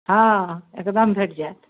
हँ एकदम भेटि जाएत